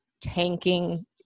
tanking